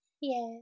Yes